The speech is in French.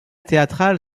théâtrale